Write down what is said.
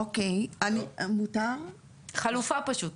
חלופה פשוט.